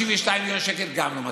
52 מיליון שקלים גם לא מספיקים.